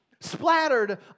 splattered